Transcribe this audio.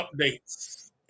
updates